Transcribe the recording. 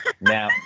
Now